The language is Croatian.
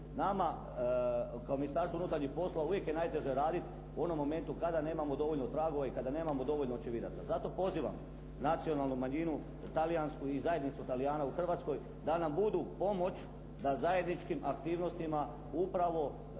Nama kao Ministarstvu unutarnjih poslova uvijek je najteže raditi u onom momentu kada nemamo dovoljno tragova i kada nemamo dovoljno očevidaca. Zato pozivam nacionalnu manjinu talijansku i zajednicu Talijana u Hrvatskoj da nam budu pomoć da zajedničkim aktivnostima upravo